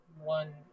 one